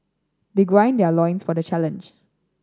they gird their loins for the challenge